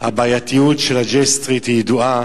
הבעייתיות של J Street ידועה,